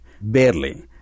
barely